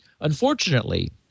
Unfortunately